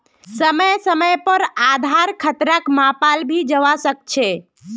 समय समय पर आधार खतराक मापाल भी जवा सक छे